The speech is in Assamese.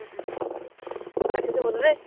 হ'ব দিয়ক ৰাখিছোঁ ফোনটো দেই